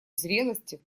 зрелости